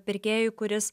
pirkėjui kuris